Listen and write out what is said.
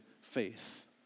faith